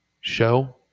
show